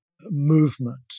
movement